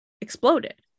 exploded